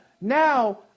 Now